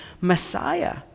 Messiah